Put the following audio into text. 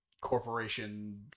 corporation